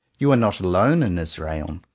you are not alone in israel.